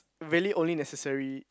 really only necessary